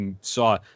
saw